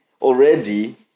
already